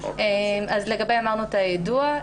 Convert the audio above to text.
לגביהם אמרנו את היידוע.